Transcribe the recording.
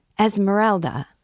Esmeralda